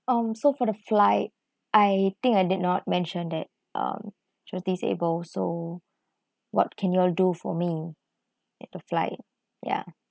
um so for the flight I think I did not mention that um she was disabled so what can you all do for me the flight ya